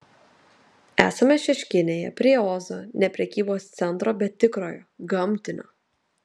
esame šeškinėje prie ozo ne prekybos centro bet tikrojo gamtinio